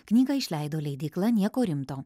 knygą išleido leidykla nieko rimto